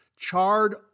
charred